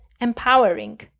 empowering